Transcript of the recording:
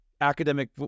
academic